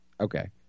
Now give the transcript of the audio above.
Okay